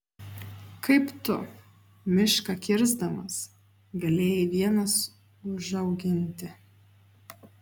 kaip tu mišką kirsdamas galėjai vienas užauginti